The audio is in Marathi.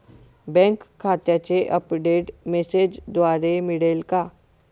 बँक खात्याचे अपडेट मेसेजद्वारे मिळेल का?